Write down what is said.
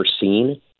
seen